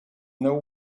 know